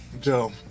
joe